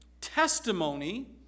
testimony